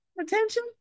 Attention